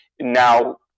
now